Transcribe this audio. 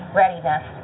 readiness